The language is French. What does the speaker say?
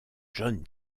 john